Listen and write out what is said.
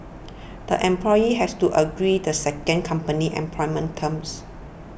the employee has to agree the second company's employment terms